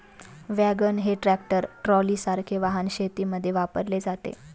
wagon हे tractor ट्रॉलीसारखे वाहन शेतीमध्ये वापरले जाते